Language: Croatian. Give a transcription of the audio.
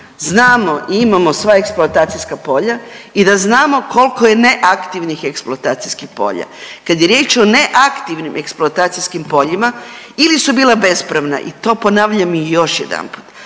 znamo i imamo sva eksploatacijska polja i da znamo koliko je neaktivnih eksploatacijskih polja. Kad je riječ o neaktivnim eksploatacijskim poljima ili su bila bespravna i to ponavljam još jedanput,